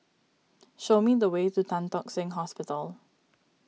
show me the way to Tan Tock Seng Hospital